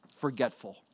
forgetful